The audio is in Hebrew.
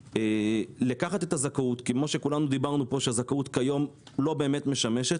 לקחת את הזכאות הזכאות היום לא באמת משמשת